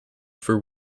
for